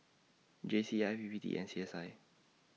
J C I P P T and C S I